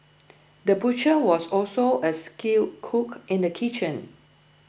the butcher was also a skilled cook in the kitchen